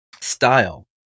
style